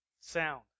sound